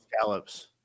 scallops